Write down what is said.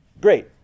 great